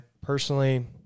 personally